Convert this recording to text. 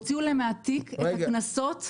הוציאו להם מהתיק את הקנסות שלהם.